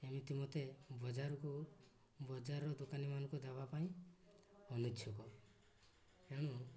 ଏମିତି ମୋତେ ବଜାରକୁ ବଜାରର ଦୋକାନୀମାନଙ୍କୁ ଦେବା ପାଇଁ ଅନିଚ୍ଛୁକ ତେଣୁ